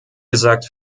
gesagt